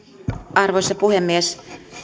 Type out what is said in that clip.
arvoisa puhemies